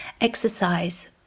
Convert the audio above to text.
exercise